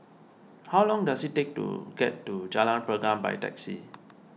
how long does it take to get to Jalan Pergam by taxi